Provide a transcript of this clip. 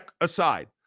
aside